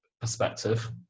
perspective